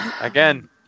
Again